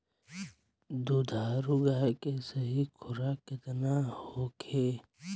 दुधारू गाय के सही खुराक केतना होखे?